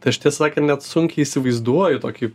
tai aš tie sakant net sunkiai įsivaizduoju tokį